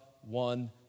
one